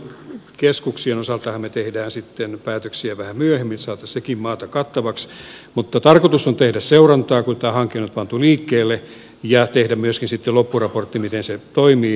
työvoiman palvelukeskuksien osaltahan me teemme päätöksiä vähän myöhemmin että saataisiin sekin maata kattavaksi mutta tarkoitus on tehdä seurantaa kun tämä hanke nyt on pantu liikkeelle ja tehdä myöskin sitten loppuraportti miten se toimii